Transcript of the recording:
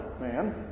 Man